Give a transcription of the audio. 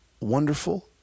wonderful